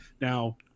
Now